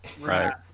Right